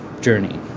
journey